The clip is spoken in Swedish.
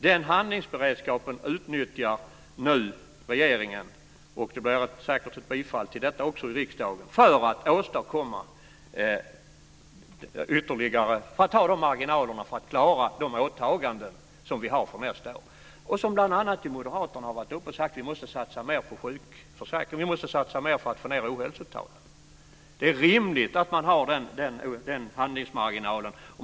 Den handlingsberedskapen utnyttjar nu regeringen - och det blir säkert ett bifall till detta också i riksdagen - för att man ska ha de marginalerna, så att vi klarar de åtaganden som vi har för nästa år. Bl.a. moderaterna har varit uppe och sagt att vi måste satsa mer på sjukförsäkringen. Vi måste satsa mer för att få ned ohälsotalen. Det är rimligt att man har den handlingsmarginalen.